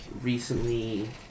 recently